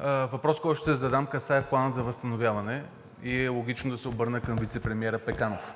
Въпросът, който ще задам, касае Плана за възстановяване и е логично да се обърна към вицепремиера Пеканов.